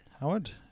Howard